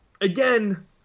again –